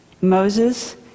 Moses